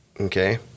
Okay